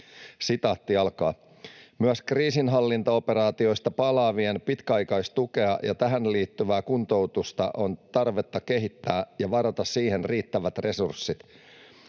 kehittämiseksi: ”Myös kriisinhallintaoperaatioista palaavien pitkäaikaistukea ja tähän liittyvää kuntoutusta on tarvetta kehittää ja varata siihen riittävät resurssit.